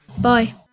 Bye